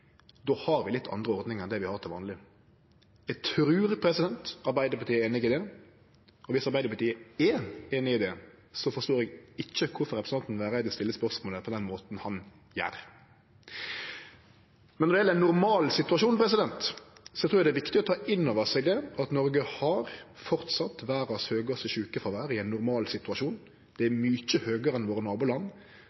litt andre ordningar enn det vi har til vanleg. Eg trur Arbeidarpartiet er einig i det. Om Arbeidarpartiet er einig i det, forstår eg ikkje kvifor representanten Vereide stiller spørsmålet på den måten han gjer. Men når det gjeld ein normal situasjon, trur eg det er viktig å ta inn over seg at Noreg framleis har det høgaste sjukefråværet i verda. Det er mykje høgare enn i nabolanda våre, og det